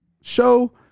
show